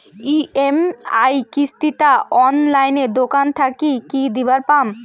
EMI কিস্তি টা অনলাইনে দোকান থাকি কি দিবার পাম?